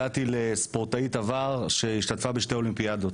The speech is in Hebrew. הגעתי לספורטאית עבר שהשתתפה בשתי אולימפיאדות